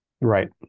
right